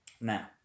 Now